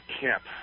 camp